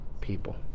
people